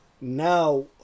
Now